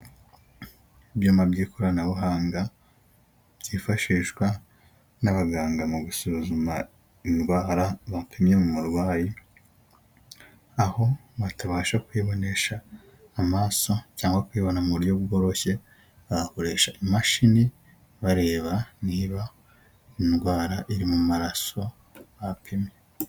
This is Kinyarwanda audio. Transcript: Ibyuma by'ikoranabuhanga byifashishwa n'abaganga mu gusuzuma indwara bapimye mu murwayi, aho batabasha kuyibonesha amaso cyangwa kuyibona mu buryo bworoshye, bagakoresha imashini, bareba niba indwara iri mu maraso bapimye.